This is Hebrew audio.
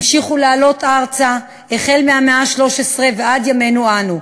המשיכו לעלות ארצה מהמאה ה-13 ועד ימינו-אנו,